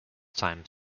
time